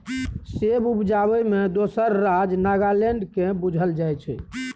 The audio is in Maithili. सेब उपजाबै मे दोसर राज्य नागालैंड केँ बुझल जाइ छै